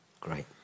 Great